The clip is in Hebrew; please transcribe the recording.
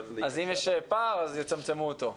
אם יש פער, יצמצמו אותו.